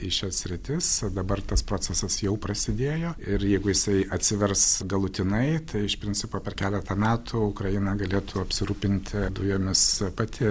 į šias sritis dabar tas procesas jau prasidėjo ir jeigu jisai atsivers galutinai tai iš principo per keletą metų ukraina galėtų apsirūpinti dujomis pati